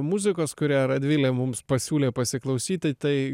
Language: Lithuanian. muzikos kurią radvilė mums pasiūlė pasiklausyti tai